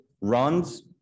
runs